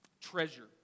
treasure